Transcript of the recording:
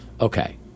Okay